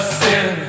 sin